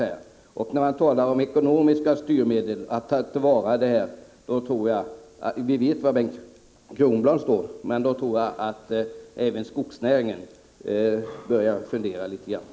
När Bengt Kronblad talar om ekonomiska styrmedel i fråga om detta vet vi var han står, men jag tror att skogsnäringen börjar fundera litet.